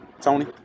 Tony